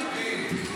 כן.